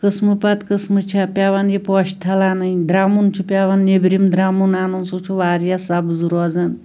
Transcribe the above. قٕسمہٕ پَتہٕ قٕسمہٕ چھِ پیٚوان یہِ پوشہٕ تھل اَنٕنۍ درٛمُن چھُ پیٚوان نیٚبرِم درٛمُن اَنُن سُہ چھُ واریاہ سَبٕز روزان